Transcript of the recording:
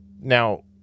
Now